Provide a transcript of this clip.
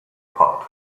part